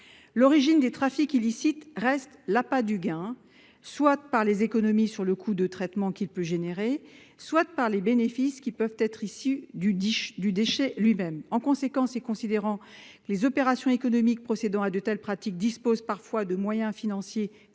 l'origine des trafics illicites reste l'appât du gain, soit par les économies sur le coût du traitement qu'il peut générer, soit par les bénéfices qui peuvent être issus du déchet lui-même ». En conséquence, et considérant que les opérateurs économiques procédant à de telles pratiques disposent parfois de moyens financiers